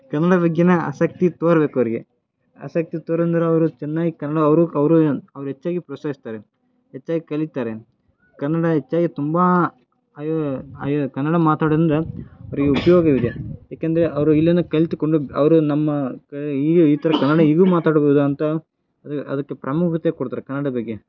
ಕನ್ನಡ ಬಗ್ಗೆನೂ ಆಸಕ್ತಿ ತೋರ್ಬೇಕು ಅವರಿಗೆ ಆಸಕ್ತಿ ತೋರುದಂದ್ರೆ ಅವರು ಚನ್ನಾಗ್ ಕನ್ನಡ ಅವರು ಅವರು ಅವ್ರು ಹೆಚ್ಚಾಗಿ ಪ್ರೋತ್ಸಾಹಿಸ್ತಾರೆ ಹೆಚ್ಚಾಯ್ ಕಲಿತರೆ ಕನ್ನಡ ಹೆಚ್ಚಾಗಿ ತುಂಬ ಕನ್ನಡ ಮಾತಾಡಿ ಅಂದ್ರೆ ಅವ್ರಿಗೆ ಉಪಯೋಗ ಇದೆ ಏಕೆಂದರೆ ಅವರು ಇಲ್ಲೇನೂ ಕಲಿತುಕೊಂಡು ಅವರು ನಮ್ಮ ಕ ಈಗ ಈ ಥರ ಕನ್ನಡ ಹೀಗೂ ಮಾತಾಡ್ಬೋದಾ ಅಂತ ಅದು ಅದಕ್ಕೆ ಪ್ರಾಮುಖ್ಯತೆ ಕೊಡ್ತಾರೆ ಕನ್ನಡ ಬಗ್ಗೆ